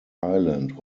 island